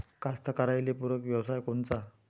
कास्तकाराइले पूरक व्यवसाय कोनचा?